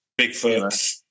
Bigfoot